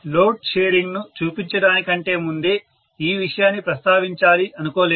load sharing ను చూపించడానికి కంటే ముందే ఈ విషయాన్ని ప్రస్తావించాలి అనుకోలేదు